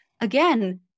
again